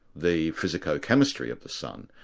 the physico-chemistry of the sun,